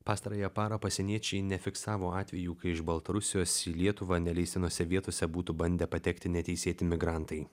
pastarąją parą pasieniečiai nefiksavo atvejų kai iš baltarusijos į lietuvą neleistinose vietose būtų bandę patekti neteisėti migrantai